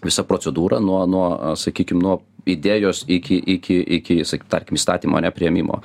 visa procedūra nuo nuo sakykim nuo idėjos iki iki iki sak tarkim įstatymo ane priėmimo